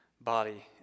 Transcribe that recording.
body